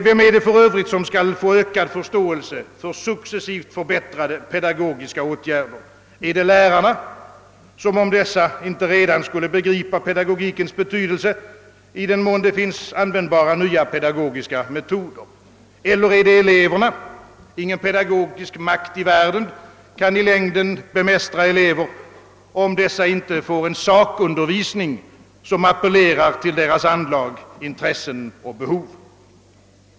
Vem är det för övrigt som skall få ökad förståelse för de successivt förbättrade pedagogiska åtgärderna? Är det lärarna? Som om inte dessa redan skulle begripa pedagogikens betydelse i den mån det finns användbara nya pedagogiska metoder! Eller är det eleverna? Ingen pedagogisk makt i världen kan i längden bemästra elever, om dessa inte får en sakundervisning som appellerar till deras anlag, intressen och behov.